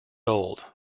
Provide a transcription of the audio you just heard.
old